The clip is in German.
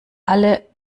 alle